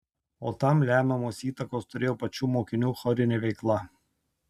o tam lemiamos įtakos turėjo pačių mokinių chorinė veikla